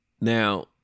Now